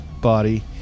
Body